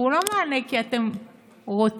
והוא לא מענה כי אתם רוצים,